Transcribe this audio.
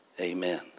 Amen